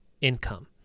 income